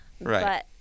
Right